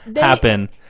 happen